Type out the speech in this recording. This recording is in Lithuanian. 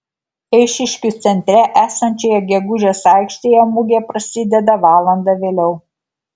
eišiškių centre esančioje gegužės aikštėje mugė prasideda valanda vėliau